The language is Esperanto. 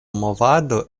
movado